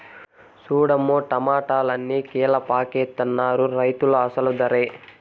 సూడమ్మో టమాటాలన్ని కీలపాకెత్తనారు రైతులు అసలు దరే